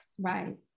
Right